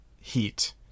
heat